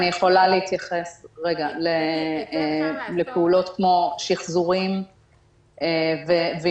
אני יכולה להתייחס לפעולות כמו שחזורים ועימותים